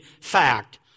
fact